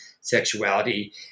sexuality